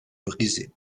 brisé